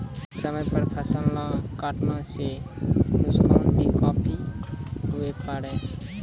समय पर फसल नाय कटला सॅ त नुकसान भी काफी हुए पारै